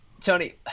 tony